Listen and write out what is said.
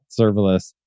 serverless